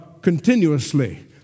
continuously